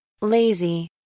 Lazy